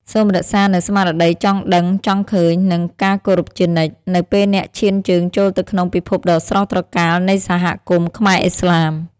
សូមរក្សានូវស្មារតីចង់ដឹងចង់ឃើញ និងការគោរពជានិច្ច នៅពេលអ្នកឈានជើងចូលទៅក្នុងពិភពដ៏ស្រស់ត្រកាលនៃសហគមន៍ខ្មែរឥស្លាម។